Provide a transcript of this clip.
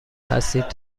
هستید